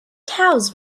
cows